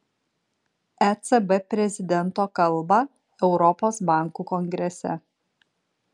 ecb prezidento kalbą europos bankų kongrese